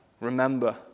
Remember